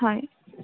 হয়